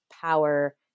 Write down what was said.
power